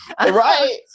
right